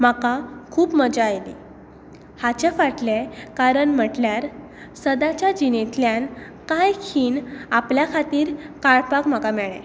म्हाका खूब मजा आयली हाचें फाटलें कारण म्हणल्यार सदांच्या जिणेंतल्यान कांय खीण आपल्या खातीर काडपाक म्हाका मेळ्ळे